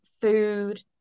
food